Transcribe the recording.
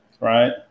right